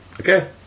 Okay